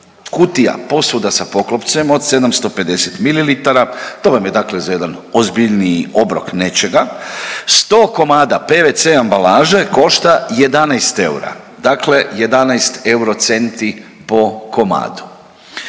kutija posuda sa poklopcem od 750 mililitara, to vam je dakle za jedan ozbiljniji obrok nečega. 100 komada pvc ambalaže košta 11 eura. Dakle 11 euro centi po komadu.